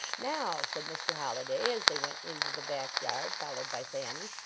now, said mr. holliday, as they went into the back yard, followed by thanny,